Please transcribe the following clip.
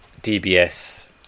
DBS